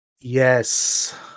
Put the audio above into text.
Yes